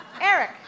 Eric